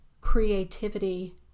creativity